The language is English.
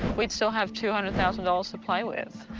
we'd still have two hundred thousand dollars to play with.